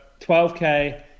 12k